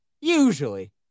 usually